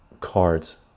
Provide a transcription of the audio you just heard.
cards